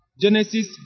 Genesis